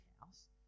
house